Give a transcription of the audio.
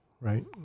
right